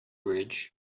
bridge